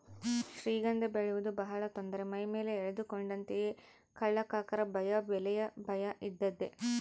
ಶ್ರೀಗಂಧ ಬೆಳೆಯುವುದು ಬಹಳ ತೊಂದರೆ ಮೈಮೇಲೆ ಎಳೆದುಕೊಂಡಂತೆಯೇ ಕಳ್ಳಕಾಕರ ಭಯ ಬೆಲೆಯ ಭಯ ಇದ್ದದ್ದೇ